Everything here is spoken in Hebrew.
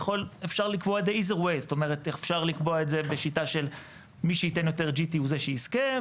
אפשר לקבוע את זה בשיטה של מי שייתן יותר GT הוא זה שיזכה,